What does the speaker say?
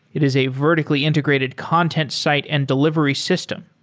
it is a vertically integrated content site and delivery system.